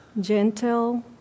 gentle